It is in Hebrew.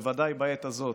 בוודאי בעת הזאת,